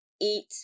eat